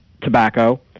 tobacco